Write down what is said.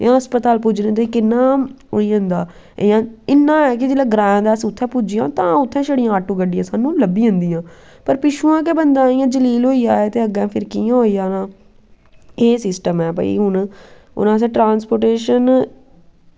इयां हस्पताल पुज्जने तांई किन्ना होई जंदा इयां इन्ना ऐ कि जिसलै ग्रांएं दा अस उत्थें पुज्जी जान तां उत्थें छड़ियां ऑटो गड्डियां स्हानू लब्भी जंदियां पर पिच्छुआं गै बंदा इयां जलील होइयै आए ते फिर अग्गैं फिर कियां होई जाना एह् सिस्टम ऐ हून भाई हुन असैं ट्रांसपोर्टेशन